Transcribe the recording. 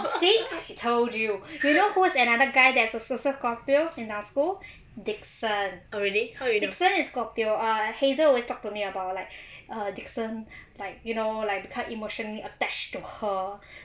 see I told you you know who is another guy that's also scorpio in our school dickson dickson is scorpio err hazel always talk to me about like dickson like you know like 他 emotionally attached to her